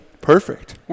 Perfect